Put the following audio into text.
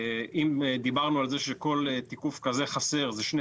אם דיברנו על זה שכל תיקוף כזה חסר זה 2%,